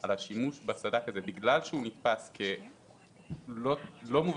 על השימוש בסד"כ זה בגלל שהוא נתפס כלא טריוויאלי,